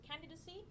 candidacy